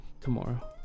tomorrow